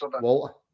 Walter